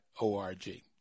O-R-G